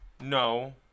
No